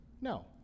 no